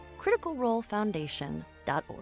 CriticalRoleFoundation.org